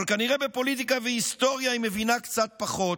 אבל כנראה בפוליטיקה והיסטוריה היא מבינה קצת פחות.